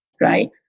right